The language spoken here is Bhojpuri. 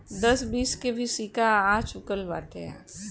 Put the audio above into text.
दस बीस के भी सिक्का आ चूकल बाटे